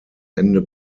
ende